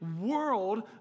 world